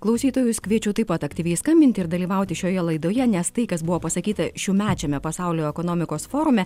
klausytojus kviečiu taip pat aktyviai skambinti ir dalyvauti šioje laidoje nes tai kas buvo pasakyta šiųmečiame pasaulio ekonomikos forume